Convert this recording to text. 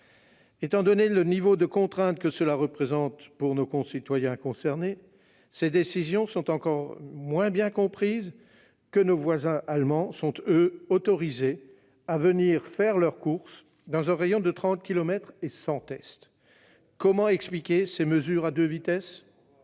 Étant donné le niveau de contrainte que cela représente pour nos concitoyens concernés, ces décisions sont d'autant moins comprises que nos voisins allemands sont, eux, autorisés à venir faire leurs courses dans un rayon de 30 kilomètres et sans test. Comment expliquer ces mesures à deux vitesses ?